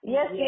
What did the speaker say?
Yes